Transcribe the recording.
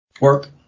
work